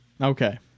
Okay